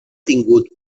tingut